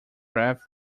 graph